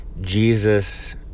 Jesus